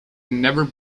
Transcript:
never